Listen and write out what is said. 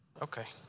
Okay